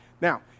Now